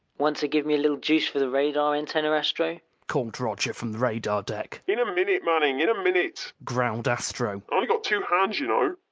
wanta give me a little juice for the radar antenna, astro? called roger from the radar deck. in a minute, manning, in a minute, growled astro. only got two hands, you know.